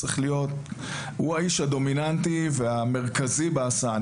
הוא האיש הדומיננטי והמרכזי בהסעה.